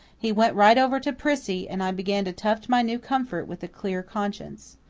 he went right over to prissy, and i began to tuft my new comfort with a clear conscience.